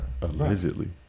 Allegedly